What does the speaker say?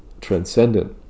transcendent